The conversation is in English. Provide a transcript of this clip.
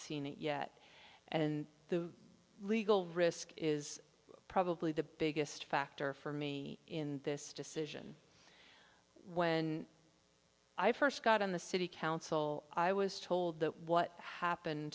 seen it yet and the legal risk is probably the biggest factor for me in this decision when i first got on the city council i was told that what happened